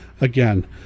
again